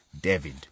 David